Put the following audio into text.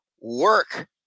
work